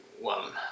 one